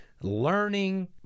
Learning